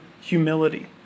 humility